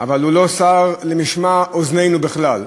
אבל הוא לא סר למשמע אוזנינו בכלל.